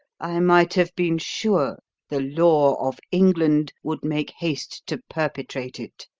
i might have been sure the law of england would make haste to perpetrate it.